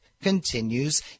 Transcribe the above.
continues